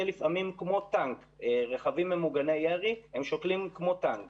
לפעמים כמו טנק רכבים ממוגני ירי שוקלים כמו טנק